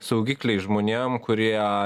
saugikliai žmonėm kurie